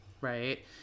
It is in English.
right